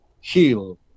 heal